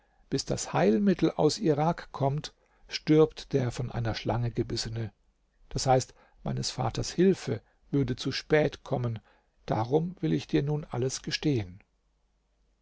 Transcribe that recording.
bis das heilmittel aus irak kommt stirbt der von einer schlange gebissene d h meines vaters hilfe würde zu spät kommen darum will ich dir nun alles gestehen